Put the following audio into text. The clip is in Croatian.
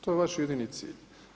To je vaš jedini cilj.